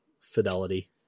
fidelity